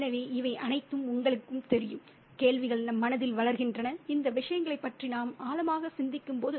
எனவே இவை அனைத்தும் உங்களுக்குத் தெரியும் கேள்விகள் நம் மனதில் வளர்கின்றன இந்த விஷயங்களைப் பற்றி நாம் ஆழமாக சிந்திக்கும்போது